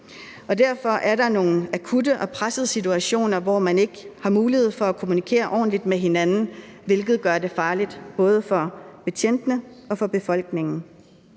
Derfor er der nogle akutte og pressede situationer, hvor man ikke har mulighed for at kommunikere ordentligt med hinanden, hvilket gør det farligt både for betjentene og for befolkningen,